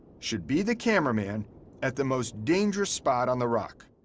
should be the cameraman at the most dangerous spot on the rock.